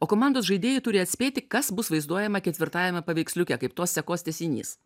o komandos žaidėjai turi atspėti kas bus vaizduojama ketvirtajame paveiksliuke kaip tos sekos tęsinys